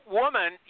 woman